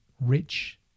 rich